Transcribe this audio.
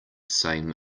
same